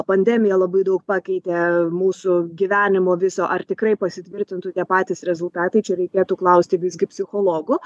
pandemija labai daug pakeitė mūsų gyvenimo viso ar tikrai pasitvirtintų tie patys rezultatai čia reikėtų klausti visgi psichologų